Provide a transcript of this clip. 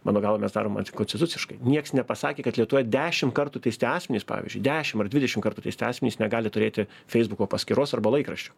mano galva mes darom antikonstituciškai nieks nepasakė kad lietuvoj dešim kartų teisti asmenys pavyzdžiui dešim ar dvidešim kartų teisti asmenys negali turėti feisbuko paskyros arba laikraščio